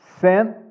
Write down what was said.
sent